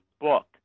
book